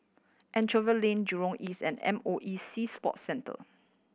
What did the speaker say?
Anchorvale Lane Jurong East and M O E Sea Sports Centre